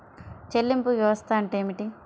చెల్లింపు వ్యవస్థ అంటే ఏమిటి?